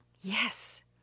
Yes